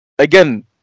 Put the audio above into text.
Again